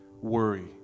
worry